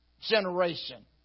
generation